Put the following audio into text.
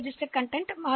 நாம் அதை எண்ணலாம்